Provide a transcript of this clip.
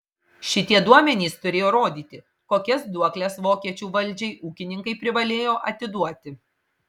šitie duomenys turėjo rodyti kokias duokles vokiečių valdžiai ūkininkai privalėjo atiduoti